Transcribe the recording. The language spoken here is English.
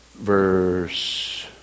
verse